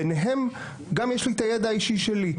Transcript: ביניהן גם יש לי את הידע האישי שלי.